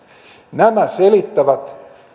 nämä selittävät